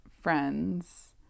friends